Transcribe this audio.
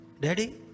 Daddy